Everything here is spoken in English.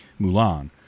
Mulan